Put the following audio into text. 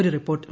ഒരു റിപ്പോർട്ട്